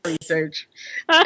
research